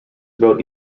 about